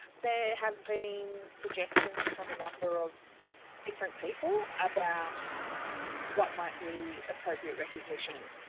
there have been suggestions from a number of different people about what might be appropriate recognition.